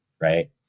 right